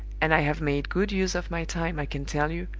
and i have made good use of my time, i can tell you,